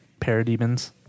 parademons